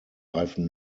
greifen